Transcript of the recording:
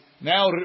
now